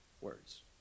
words